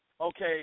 okay